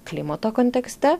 klimato kontekste